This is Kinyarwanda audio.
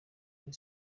muri